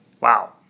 Wow